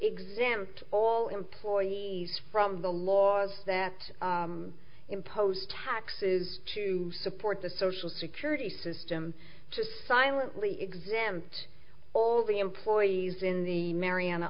exempt all employees from the laws that impose taxes to support the social security system to silently exempt all the employees in the mariana